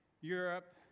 Europe